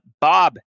Bob